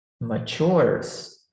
matures